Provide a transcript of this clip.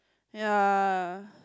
ya